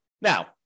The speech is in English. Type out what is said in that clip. Now